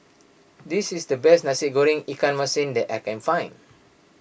this is the best Nasi Goreng Ikan Masin that I can find